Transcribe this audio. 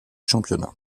championnat